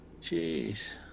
Jeez